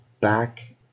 back